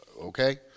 okay